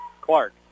Clark